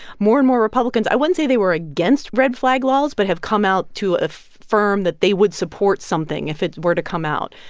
more and more republicans i wouldn't say they were against red-flag laws but have come out to affirm that they would support something if it were to come out.